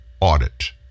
audit